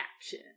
action